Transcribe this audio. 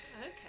Okay